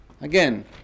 Again